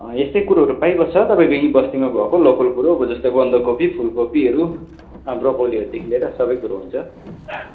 यस्तै कुरोहरू पाइबस्छ तपाईँको यी बस्तीमा भएको तपाईँको लोकल कुरो जस्तै बन्द कोपी फुल कोपीहरू ब्रोकौलीहरूदेखि लिएर सबै कुरो हुन्छ